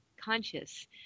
conscious